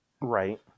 Right